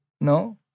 No